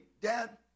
Dad